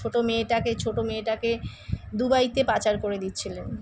ছোট মেয়েটাকে ছোট মেয়েটাকে দুবাইতে পাচার করে দিচ্ছিলেন